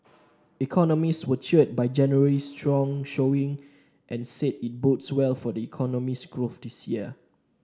economists were cheered by January's strong showing and said it bodes well for the economy's growth this year